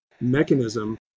mechanism